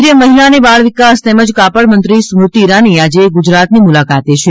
કેન્દ્રિય મહિલા અને બાળવિકાસ તેમજ કાપડ મંત્રી સ્મૃતિ ઈરાની આજે ગુજરાતની મુલાકાતે છે